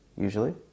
usually